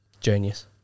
Genius